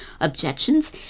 objections